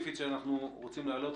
לפחות מבחינה מספרית,